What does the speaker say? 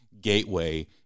gateway